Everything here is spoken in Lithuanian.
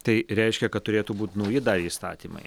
tai reiškia kad turėtų būti nauji dar įstatymai